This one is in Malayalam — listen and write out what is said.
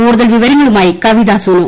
കൂടുതൽ വിവരങ്ങളുമായി കവിതാസുനു